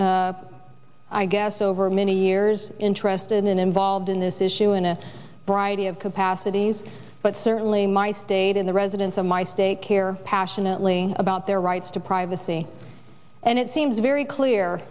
been i guess over many years interested and involved in this issue in a bright idea of capacities but certainly my state and the residents of my state care passionately about their rights to privacy and it seems very clear